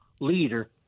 leader